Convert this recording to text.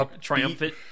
triumphant